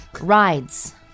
rides